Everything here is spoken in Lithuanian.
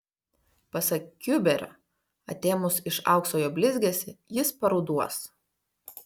pasak kiuberio atėmus iš aukso jo blizgesį jis paruduos